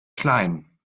klein